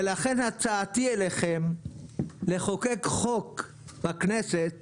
ולכן, הצעתי אליכם היא לחוקק חוק בכנסת